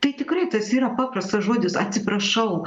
tai tikrai tas yra paprastas žodis atsiprašau